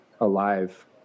alive